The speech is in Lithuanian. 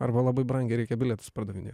arba labai brangiai reikia bilietus pardavinėt